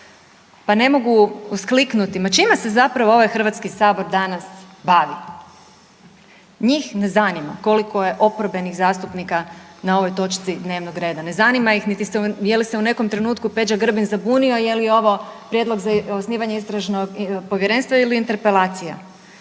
Pa ne mogu uskliknuti, ma čime se zapravo ovaj Hrvatski sabor danas bavi? Njih ne zanima koliko je oporbenih zastupnika na ovoj točci dnevnoga reda. Ne zanima ih niti je li se u nekom trenutku Peđa Grbin zabunio je li ovo Prijedlog za osnivanje Istražnog povjerenstva ili interpelacija.